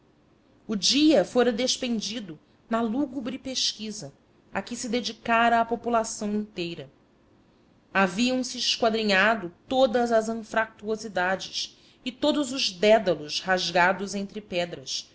o dia fora despendido na lúgubre pesquisa a que se dedicara a população inteira haviam se esquadrinhado todas as anfractuosidades e todos os dédalos rasgados entre as pedras